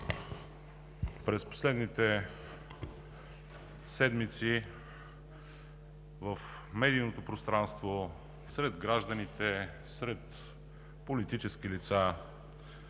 през последните седмици в медийното пространство, сред гражданите и политическите лица